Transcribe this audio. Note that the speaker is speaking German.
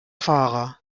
fahrer